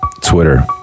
Twitter